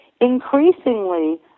Increasingly